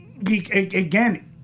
Again